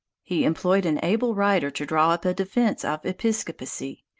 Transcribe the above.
he employed an able writer to draw up a defense of episcopacy,